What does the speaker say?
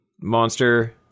monster